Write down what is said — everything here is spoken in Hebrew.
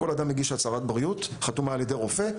כל אדם מגיש הצהרת בריאות חתומה על ידי רופא.